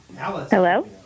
Hello